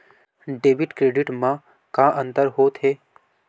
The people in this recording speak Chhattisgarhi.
डेबिट क्रेडिट मा का अंतर होत हे?